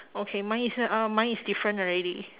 okay mine is no~ uh mine is different already